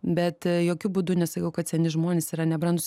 bet jokiu būdu nesakau kad seni žmonės yra nebrandūs